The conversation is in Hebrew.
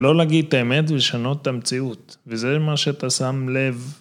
לא להגיד האמת ולשנות את המציאות, וזה מה שאתה שם לב.